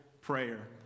prayer